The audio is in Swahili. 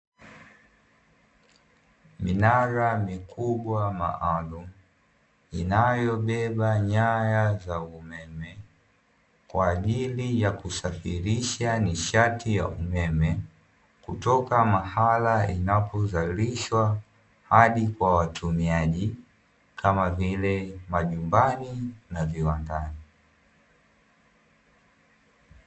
Minara mikubwa maalumu, inayobeba nyaya za umeme, kwa ajili ya kusafirisha nishati ya umeme. Kutoka mahali inapozalishwa hadi kwa watumiaji, kama vile majumbani na viwandani.